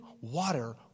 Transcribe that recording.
water